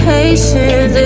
Patience